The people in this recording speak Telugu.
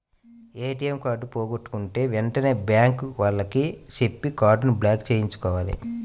ఏటియం కార్డు పోగొట్టుకుంటే వెంటనే బ్యేంకు వాళ్లకి చెప్పి కార్డుని బ్లాక్ చేయించుకోవాలి